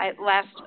last